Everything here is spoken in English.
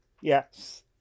Yes